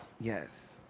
Yes